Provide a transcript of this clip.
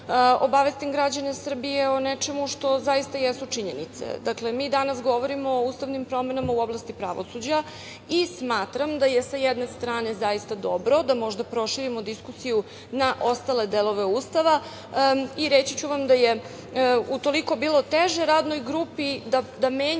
obavestim građane Srbije o nečemu što zaista jesu činjenice. Mi danas govorimo o ustavnim promenama u oblasti pravosuđa i smatram da je, sa jedne strane, zaista dobro da možda proširimo diskusiju na ostale delove Ustava. Reći ću vam da je utoliko bilo teže radnoj grupi da menja samo